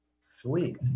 Sweet